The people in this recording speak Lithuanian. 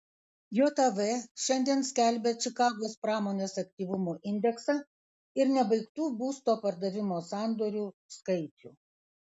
jav šiandien skelbia čikagos pramonės aktyvumo indeksą ir nebaigtų būsto pardavimo sandorių skaičių